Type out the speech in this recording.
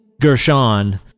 gershon